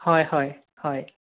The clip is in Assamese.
হয় হয়